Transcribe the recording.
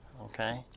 Okay